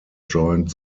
joined